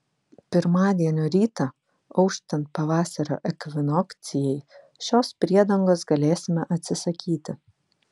pirmadienio rytą auštant pavasario ekvinokcijai šios priedangos galėsime atsisakyti